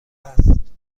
است